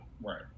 right